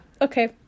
Okay